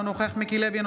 אינו נוכח מיקי לוי,